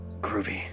groovy